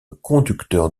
conducteurs